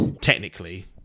technically